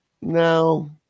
Now